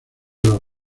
los